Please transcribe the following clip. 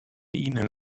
ihnen